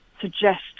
suggest